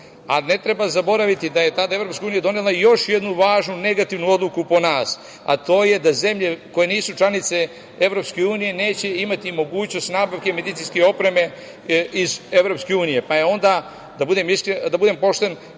Ne treba zaboraviti da je tada EU donela još jednu važnu negativnu odluku po nas, a to je da zemlje koje nisu članice EU neće imati mogućnost nabavke medicinske opreme iz EU, pa je onda, da budem pošten,